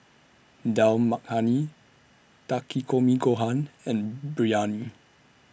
Dal Makhani Takikomi Gohan and Biryani